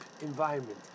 environment